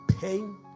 pain